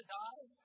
die